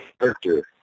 character